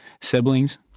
siblings